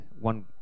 one